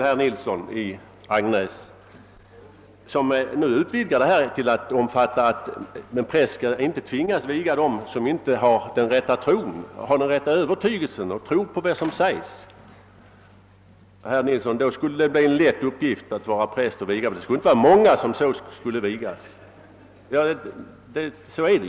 Herr Nilsson i Agnäs utvidgade nu problemet genom att tala för att en präst inte skall tvingas viga dem som inte har den rätta övertygelsen och tror på det som sägs. Då skulle det bli en lätt uppgift att vara präst och förrätta vigsel! Det skulle inte bli många vigda då.